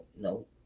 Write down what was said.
no